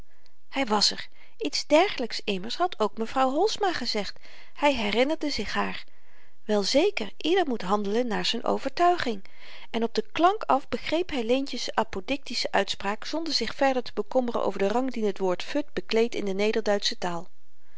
hy wàs er iets dergelyks immers had ook mevrouw holsma gezegd hy herinnerde zich haar wel zeker ieder moet handelen naar z'n overtuiging en op den klank af begreep hy leentje's apodiktische uitspraak zonder zich verder te bekommeren over den rang dien t woord fut bekleedt in de nederduitsche taal